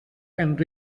and